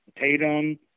tatum